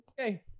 Okay